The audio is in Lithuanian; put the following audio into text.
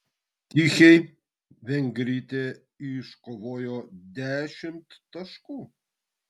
tichei vengrytė iškovojo dešimt taškų